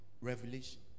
revelation